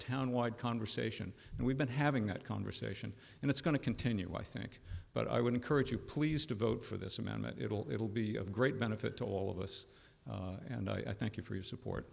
town wide conversation and we've been having that conversation and it's going to continue i think but i would encourage you please to vote for this amendment it'll it'll be of great benefit to all of us and i thank you for your support